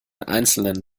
einzelnen